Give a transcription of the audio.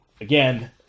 again